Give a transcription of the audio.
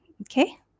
okay